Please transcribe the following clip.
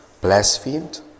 blasphemed